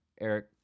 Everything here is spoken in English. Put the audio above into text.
Eric